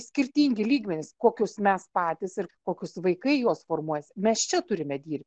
skirtingi lygmenys kokius mes patys ir kokius vaikai juos formuos mes čia turime dir